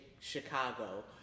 chicago